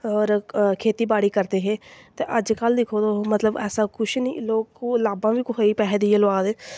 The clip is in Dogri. होर खेत्ती बाड़ी करदे हे ते अजकल्ल दिक्खो तुस मतलब ऐसा कुछ निं लोग लाब्बां बी कुसै गी पैहे देइयै लोआ दे